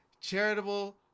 charitable